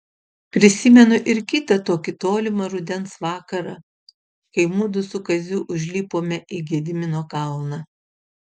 prisimenu ir kitą tokį tolimą rudens vakarą kai mudu su kaziu užlipome į gedimino kalną